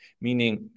meaning